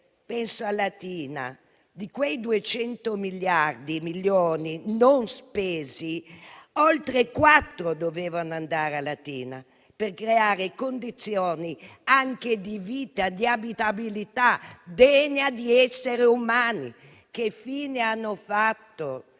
Penso a Latina: di quei 200 milioni non spesi, oltre quattro dovevano andare a Latina, per creare condizioni anche di vita, di abitabilità, degne di essere umani. Che fine hanno fatto,